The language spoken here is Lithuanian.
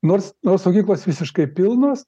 nors saugyklos visiškai pilnos